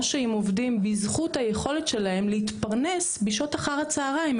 "משה-ים" עובדים בזכות היכולת שלהם להתפרנס בשעות אחר הצהריים.